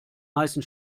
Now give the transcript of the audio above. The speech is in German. heißen